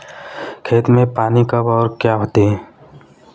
खेत में पानी कब और क्यों दें?